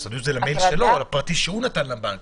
סודיות זה למייל שלו, הפרטי, שהוא נתן לבנק.